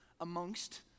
amongst